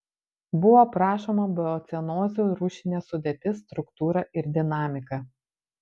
buvo aprašoma biocenozių rūšinė sudėtis struktūra ir dinamika